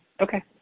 Okay